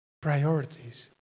priorities